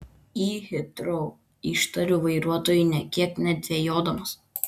į hitrou ištariu vairuotojui nė kiek nedvejodamas